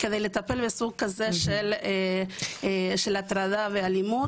כדי לטפל בסוג כזה של הטרדה ואלימות,